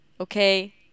Okay